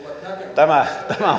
tämä